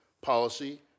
policy